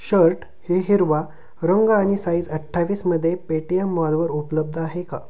shirt हे हिरवा रंग आणि साईज अठ्ठावीसमध्ये पेटीएम मॉलवर उपलब्ध आहे का